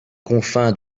confins